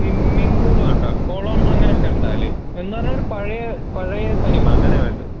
swimming pool വേണ്ട കുളം അങ്ങനൊക്കൊണ്ടാവില്ലേ എന്നു പറഞ്ഞാൽ ഒരു പഴയ പഴയ തനിമ അങ്ങനെയാണ് വേണ്ടത്